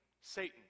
Satan